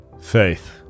Faith